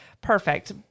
Perfect